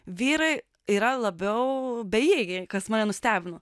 vyrai yra labiau bejėgiai kas mane nustebino